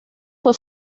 fue